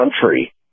country